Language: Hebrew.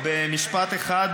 במשפט אחד,